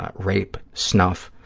ah rape, snuff,